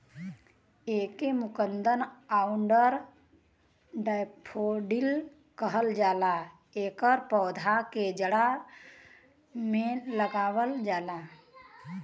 एके कुमुद आउर डैफोडिल कहल जाला एकर पौधा के जाड़ा में लगावल जाला